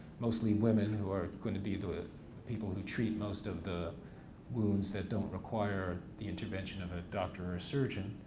mostly women who are going to be the people who treat most of the wounds that don't require the intervention of a doctor or surgeon,